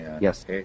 Yes